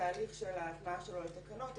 התהליך של ההטמעה שלו לתקנות.